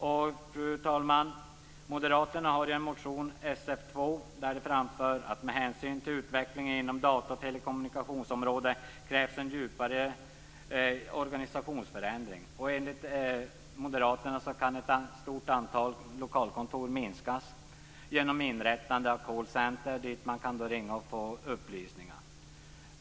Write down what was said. Fru talman! Moderaterna har i motion Sf2 framfört att med hänsyn till utvecklingen inom data och telekommunikationsområdena krävs det en djupgående organisationsförändring. Enligt moderaterna skulle ett stort antal lokalkontor kunna minskas genom inrättande av call-center dit man kan ringa och få upplysningar.